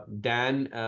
Dan